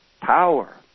Power